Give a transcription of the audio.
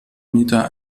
meter